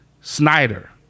Snyder